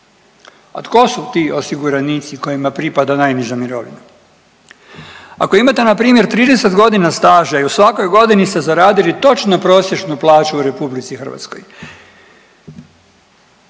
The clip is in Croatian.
a tko su ti osiguranici kojima pripada najniža mirovina? Ako imate npr. 30.g. staža i u svakoj godini ste zaradili točno prosječnu plaću u RH, imate